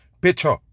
picture